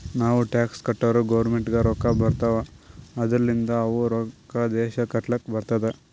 ನಾವ್ ಟ್ಯಾಕ್ಸ್ ಕಟ್ಟುರ್ ಗೌರ್ಮೆಂಟ್ಗ್ ರೊಕ್ಕಾ ಬರ್ತಾವ್ ಅದೂರ್ಲಿಂದ್ ಅವು ರೊಕ್ಕಾ ದೇಶ ಕಟ್ಲಕ್ ಬರ್ತುದ್